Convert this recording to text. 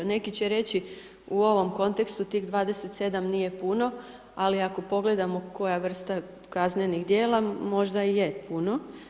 Neki će reći u ovom kontekstu tih 27 nije puno ali ako pogledamo koja vrsta kaznenih djela možda i je puno.